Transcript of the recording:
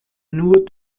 nur